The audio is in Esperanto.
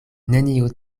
nenio